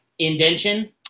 indention